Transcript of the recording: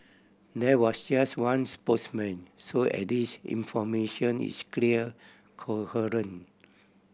there was just one spokesman so at least information is clear coherent